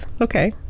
Okay